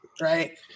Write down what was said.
right